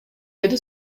деди